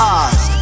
eyes